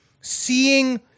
seeing